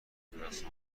بدست